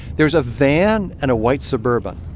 there's a van and a white suburban.